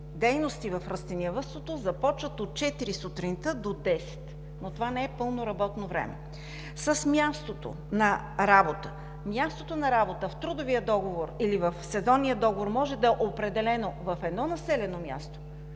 дейности в растениевъдството започва от четири сутринта до десет, но това не е пълно работно време; с мястото на работа – мястото на работа в трудовия договор или в сезонния договор може да е определено в едно населено място,